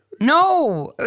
no